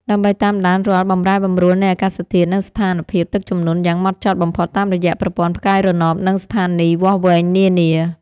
ដើម្បីតាមដានរាល់បម្រែបម្រួលនៃធាតុអាកាស និងស្ថានភាពទឹកជំនន់យ៉ាងហ្មត់ចត់បំផុតតាមរយៈប្រព័ន្ធផ្កាយរណប និងស្ថានីយវាស់វែងនានា។